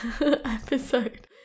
episode